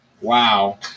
Wow